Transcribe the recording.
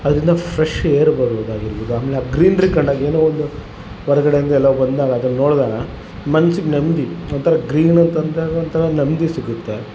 ಅದರಿಂದ fresh air ಬರುವುದಾಗಿರ್ಬೌದು ಆಮೇಲೆ ಗ್ರೀನ್ರಿ ಕಂಡಂಗೆ ಏನೋ ಒಂದು ಹೊರಗಡೆಯಿಂದ ಎಲ್ಲೊ ಬಂದಾಗ ಅದನ್ನು ನೋಡಿದಾಗ ಮನ್ಸಿಗೆ ನೆಮ್ಮದಿ ಒಂಥರ ಗ್ರೀನ್ ಅಂತ ಅಂದಾಗ ಒಂಥರ ನೆಮ್ಮದಿ ಸಿಗುತ್ತೆ